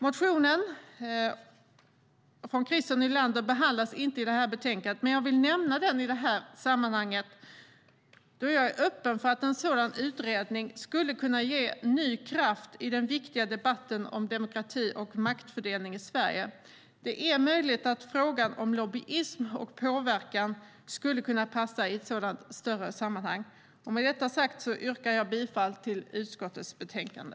Motionen av Christer Nylander behandlas inte i detta betänkande, men jag vill nämna den i detta sammanhang då jag är öppen för att en sådan utredning skulle kunna ge ny kraft i den viktiga debatten om demokrati och maktfördelning i Sverige. Det är möjligt att frågan om lobbyism och påverkan skulle kunna passa i ett sådant större sammanhang. Med detta sagt yrkar jag bifall till förslaget i utskottets betänkande.